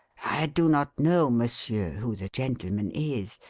i do not know, monsieur, who the gentleman is.